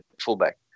fullback